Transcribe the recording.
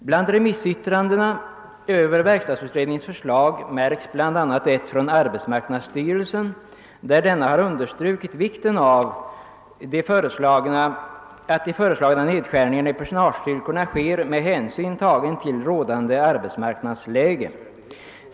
Bland remissyttrandena över verkstadsutredningens förslag märks bl.a. ett från arbetsmarknadsstyrelsen, som understryker vikten av att de föreslagna nedskärningarna i personalstyrkorna sker med hänsyn tagen till rådande arbetsmarknadsläge.